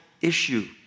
issue